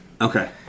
Okay